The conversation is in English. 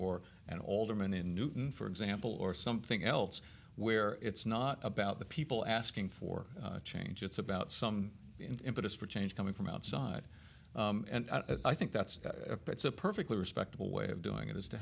or an alderman in newton for example or something else where it's not about the people asking for change it's about some impetus for change coming from outside and i think that's that's a perfectly respectable way of doing it is to